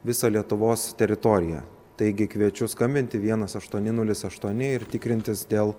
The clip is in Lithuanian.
visą lietuvos teritoriją taigi kviečiu skambinti vienas aštuoni nulis aštuoni ir tikrintis dėl